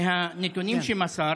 מהנתונים שמסרת